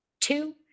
two